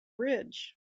bridge